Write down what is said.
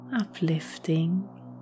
uplifting